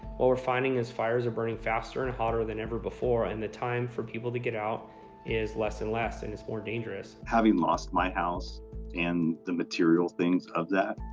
what we're finding is fires are burning faster and hotter than ever before, and the time for people to get out is less and less. and it's more dangerous. having lost my house and the materials, things of that,